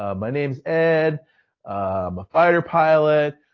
ah my name is ed, i'm a fighter pilot.